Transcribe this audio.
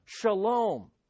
Shalom